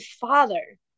father